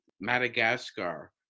Madagascar